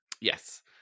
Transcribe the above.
Yes